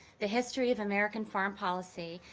the history of american foreign policy,